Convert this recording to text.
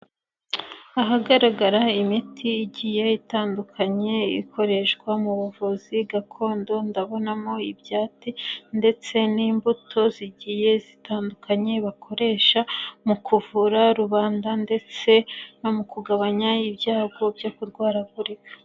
Ahagaragara imiti igiye itandukanye ikoreshwa mu buvuzi gakondo, ndabonamo ibyati ndetse n'imbuto zigiye zitandukanye bakoresha mu kuvura rubanda ndetse no mu kugabanya ibyago byo kurwaragurika.